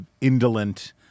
indolent